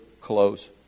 close